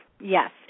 Yes